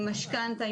עם משכנתה,